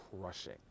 crushing